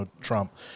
Trump